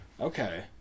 Okay